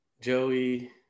Joey